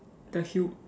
the hu~